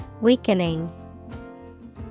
Weakening